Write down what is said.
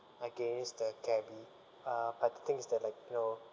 against the cabby uh but the thing is that like you know